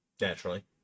Naturally